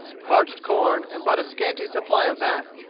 parched corn, and but a scanty supply of that,